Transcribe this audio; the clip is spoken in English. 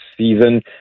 season